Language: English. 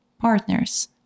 partners